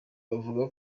bavuga